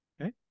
Okay